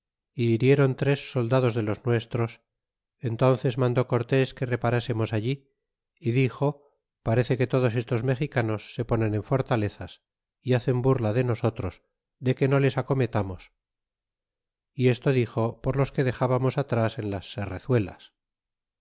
y hiriéron tres soldados de los nuestros entónces mandó cortés que reparásemos allí é dixo parece que todos estos mexicanos se ponen en fortalezas y hacen burla de nosotros de que no les acometemos y esto dixo por los que dexbamos atras en las